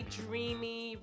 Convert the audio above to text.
dreamy